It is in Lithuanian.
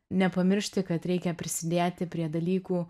nepamiršti kad reikia prisidėti prie dalykų